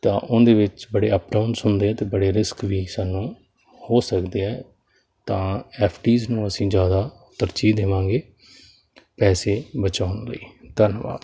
ਤਾਂ ਉਹਦੇ ਵਿੱਚ ਬੜੇ ਅਪ ਡਾਊਨਸ ਹੁੰਦੇ ਆ ਅਤੇ ਬੜੇ ਰਿਸਕ ਵੀ ਸਾਨੂੰ ਹੋ ਸਕਦੇ ਹੈ ਤਾਂ ਐਫ ਡੀਜ ਨੂੰ ਅਸੀਂ ਜ਼ਿਆਦਾ ਤਰਜੀਹ ਦੇਵਾਂਗੇ ਪੈਸੇ ਬਚਾਉਣ ਲਈ ਧੰਨਵਾਦ